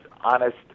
honest